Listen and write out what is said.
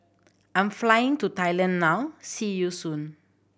I'm flying to Thailand now see you soon